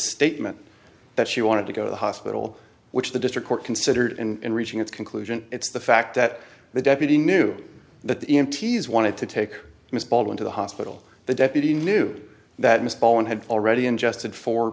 statement that she wanted to go to the hospital which the district court considered and reaching its conclusion it's the fact that the deputy knew that the mts wanted to take miss baldwin to the hospital the deputy knew that mr bowen had already ingested for